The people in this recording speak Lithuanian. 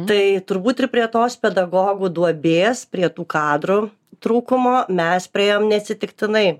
tai turbūt ir prie tos pedagogų duobės prie tų kadrų trūkumo mes priėjom neatsitiktinai